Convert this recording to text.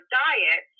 diet